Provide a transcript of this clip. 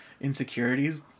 insecurities